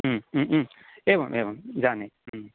एवम् एवं जाने